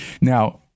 Now